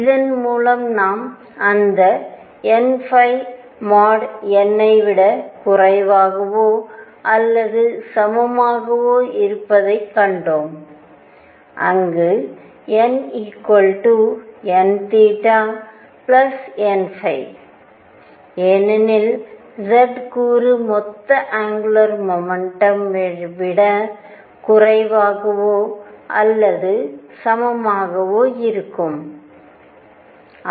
இதன் மூலம் நாம் அந்த n மோட் n ஐ விட குறைவாகவோ அல்லது சமமாகவோ இருப்பதை ஐ கண்டோம் அங்கு n nn ஏனெனில் z கூறு மொத்த அங்குலார் மொமெண்டம் விட குறைவாகவோ அல்லது சமமாகவோ இருக்க வேண்டும்